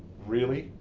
really,